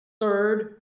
third